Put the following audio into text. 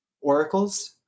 oracles